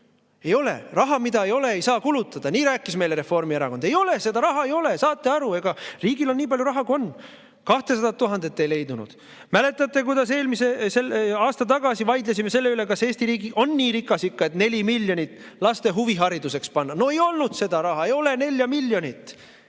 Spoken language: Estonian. ei olnud. Raha, mida ei ole, ei saa kulutada – nii rääkis meile Reformierakond. Ei ole seda raha, ei ole, saate aru, riigil on nii palju raha, kui on. 200 000 eurot ei leitud. Mäletate, kuidas aasta tagasi vaidlesime selle üle, kas Eesti riik ikka on nii rikas, et 4 miljonit laste huviharidusse panna? No ei olnud seda raha, ei olnud 4 miljonit